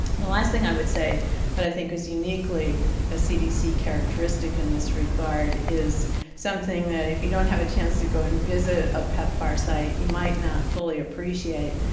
the last thing i would say that i think is uniquely a cdc characteristic in this regard is something that if you not have a chance to go and visit a pepfar site you might not fully appreciate,